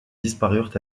disparurent